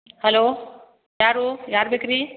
hello ಯಾರು ಯಾರು ಬೇಕು ರೀ